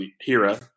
Hira